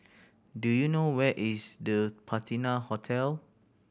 do you know where is The Patina Hotel